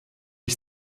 ich